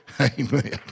Amen